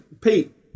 Pete